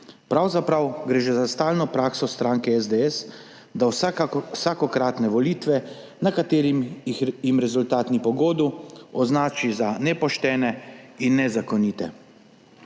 Pravzaprav gre že za stalno prakso stranke SDS, da vsakokratne volitve, na katerih jim rezultat ni po godu, označi za nepoštene in nezakonite.